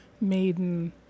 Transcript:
maiden